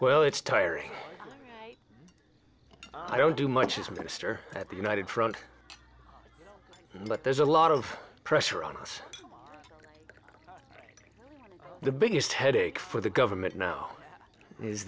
well it's tiring i don't do much as a minister at the united front but there's a lot of pressure on us the biggest headache for the government now is